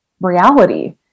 reality